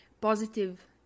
Positive